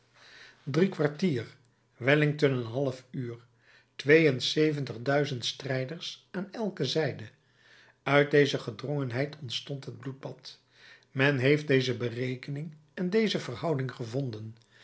drie kwartier wellington een half uur twee en zeventig duizend strijders aan elke zijde uit deze gedrongenheid ontstond het bloedbad men heeft deze berekening en deze verhouding gevonden